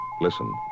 Listen